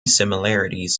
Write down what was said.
similarities